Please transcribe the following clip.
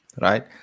Right